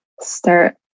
start